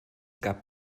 gab